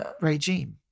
regime